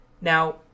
Now